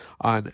on